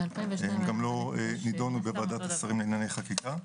הן גם לא נידונו בוועדת השרים לענייני חקיקה.